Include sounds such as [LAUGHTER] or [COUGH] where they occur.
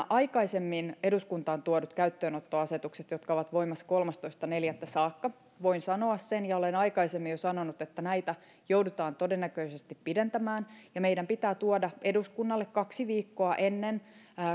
[UNINTELLIGIBLE] aikaisemmin eduskuntaan tuoduista käyttöönottoasetuksista jotka ovat voimassa kolmastoista neljättä saakka voin sanoa sen ja olen jo aikaisemmin sanonut että näitä joudutaan todennäköisesti pidentämään meidän pitää tuoda eduskunnalle nämä uudet käyttöönottoasetukset kaksi viikkoa ennen